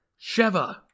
Sheva